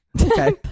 Okay